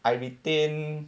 I retained